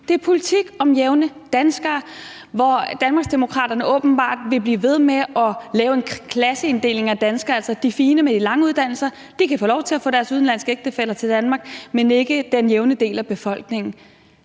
Det er politik om jævne danskere, og så vil Danmarksdemokraterne åbenbart blive ved med at lave en klasseinddeling af danskere; de fine med de lange uddannelser kan få lov til at få deres udenlandske ægtefæller til Danmark, men ikke den jævne del af befolkningen.